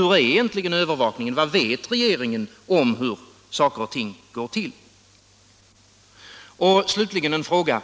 Hur är egentligen övervakningen? Vad vet regeringen om hur saker och ting står till? Slutligen en fråga.